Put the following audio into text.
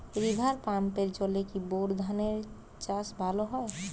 River পাম্পের জলে কি বোর ধানের চাষ ভালো হয়?